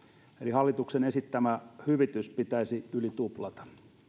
hallituksen esittämä hyvitys pitäisi yli tuplata